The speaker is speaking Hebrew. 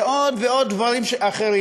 ועוד ועוד דברים אחרים,